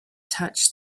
touched